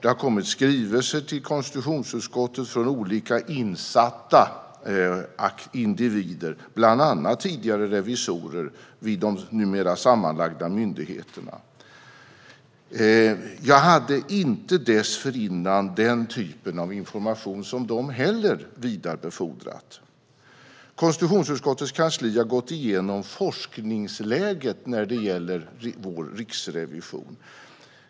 Det har kommit skrivelser till konstitutionsutskottet från olika insatta individer, bland annat tidigare revisorer vid de numera sammanlagda myndigheterna. Jag hade dessförinnan inte heller den typen av information som de har vidarebefordrat. Konstitutionsutskottets kansli har gått igenom forskningsläget när det gäller vår riksrevision.